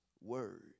word